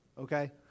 okay